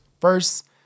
first